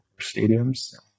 stadiums